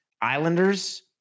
Islanders